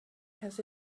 has